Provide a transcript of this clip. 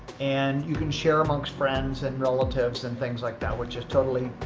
and you can share amongst friends and relatives and things like that, which is totally,